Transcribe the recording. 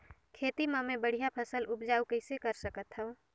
खेती म मै बढ़िया फसल उपजाऊ कइसे कर सकत थव?